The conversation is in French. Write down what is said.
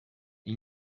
ils